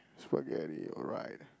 spaghetti alright